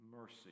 mercy